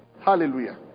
Hallelujah